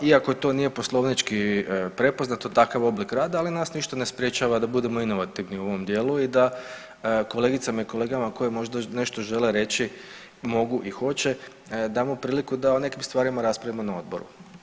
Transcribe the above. Iako to nije poslovnički prepoznato takav oblik rada, ali nas ništa ne sprječava da budemo inovativni u ovom dijelu i da kolegicama i kolegama koje možda nešto žele reći, mogu i hoće damo priliku da o nekim stvarima raspravimo na Odboru.